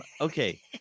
okay